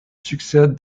succède